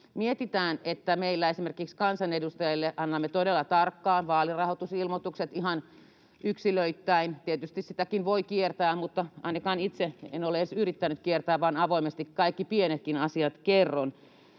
Mietitään, että esimerkiksi me kansanedustajat annamme todella tarkkaan vaalirahoitusilmoitukset, ihan yksilöittäin — tietysti sitäkin voi kiertää, mutta ainakaan itse en ole edes yrittänyt kiertää vaan avoimesti kaikki pienetkin asiat kerron